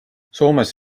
soomes